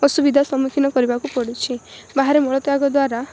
ଅସୁବିଧା ସନ୍ନମୁଖୀନ କରିବାକୁ ପଡୁଛି ବାହାରେ ମଳତ୍ୟାଗ ଦ୍ଵାରା